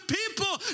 people